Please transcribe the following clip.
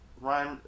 Ryan